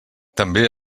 també